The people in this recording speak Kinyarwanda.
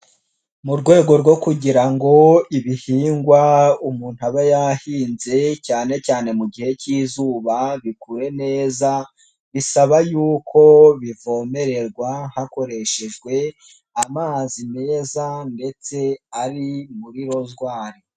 Mu rwego rwo kugira ngo ibihingwa umuntu aba yahinze cyane cyane mu gihe cy'izuba bikure neza, bisaba yuko bivomererwa hakoreshejwe amazi meza ndetse ari muri rozwari.